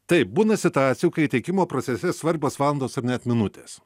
taip būna situacijų kai teikimo procese svarbios valandos ar net minutės